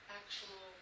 actual